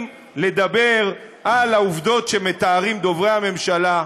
לדבר על העובדות שמתארים דוברי הממשלה,